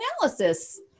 analysis